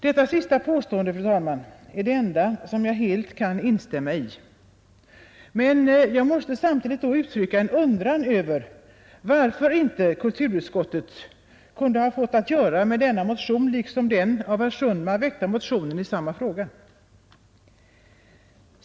Detta påstående, fru talman, är det enda som jag helt kan instämma i. Jag måste samtidigt uttrycka en undran över varför inte kulturutskottet kunde ha fått att göra med denna motion liksom med den av herr Sundman väckta motionen i samma fråga.